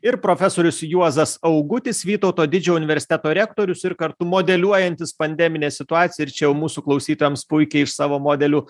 ir profesorius juozas augutis vytauto didžiojo universiteto rektorius ir kartu modeliuojantis pandeminę situaciją ir čia jau mūsų klausytojams puikiai iš savo modelių